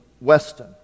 Weston